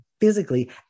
physically